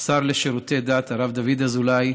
השר לשירותי דת, הרב דוד אזולאי,